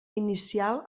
inicial